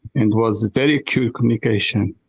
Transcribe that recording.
and was a very pure communication.